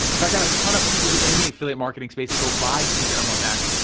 if i got a ton of people who in the affiliate marketing space to go buy secret mlm hacks,